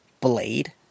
blade